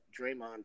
Draymond